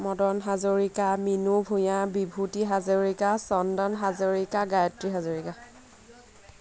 Madan Hazarika Minu Bhuyan Bibhuti Hazarika Chandan Hazarika Gayatri Hazarika